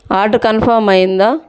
order confirm అయిందా